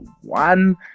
One